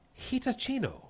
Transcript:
Hitachino